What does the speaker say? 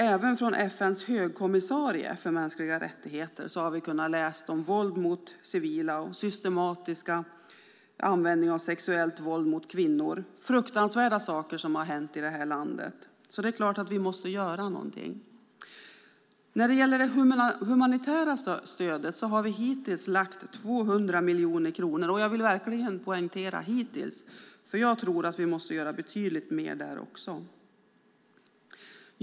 Även från FN:s högkommissarie för mänskliga rättigheter har vi kunnat läsa om våld mot civila och systematisk användning av sexuellt våld mot kvinnor. Det är fruktansvärda saker som har hänt i detta land, så det är klart att vi måste göra någonting. När det gäller det humanitära stödet har vi hittills lagt 200 miljoner kronor. Jag vill verkligen poängtera "hittills", för jag tror att vi måste göra betydligt mer där också.